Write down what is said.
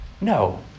No